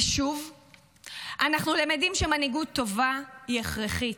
ושוב אנחנו למדים שמנהיגות טובה היא הכרחית.